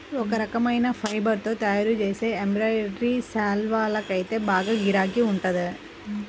ఒక రకమైన ఫైబర్ తో తయ్యారుజేసే ఎంబ్రాయిడరీ శాల్వాకైతే బాగా గిరాకీ ఉందంట